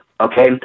Okay